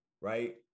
right